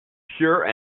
pure